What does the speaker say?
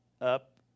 up